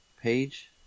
page